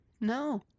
no